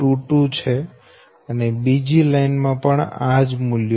22 છે અને બીજી લાઈન માટે પણ આ જ મૂલ્યો છે